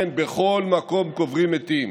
כן, בכל מקום קוברים מתים.